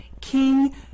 King